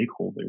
stakeholders